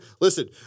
listen